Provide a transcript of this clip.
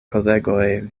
kolegoj